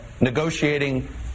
negotiating